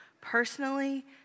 personally